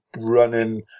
running